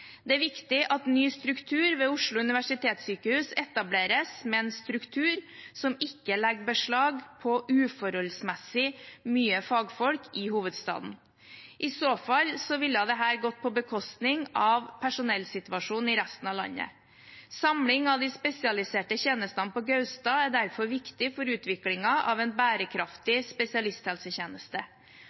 Det er viktig at ny struktur ved Oslo universitetssykehus etableres med en struktur som ikke legger beslag på uforholdsmessig mye fagfolk i hovedstaden. I så fall ville dette gått på bekostning av personellsituasjonen i resten av landet. Samling av de spesialiserte tjenestene på Gaustad er derfor viktig for utviklingen av en bærekraftig spesialisthelsetjeneste.